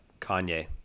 Kanye